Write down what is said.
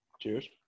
Cheers